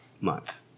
month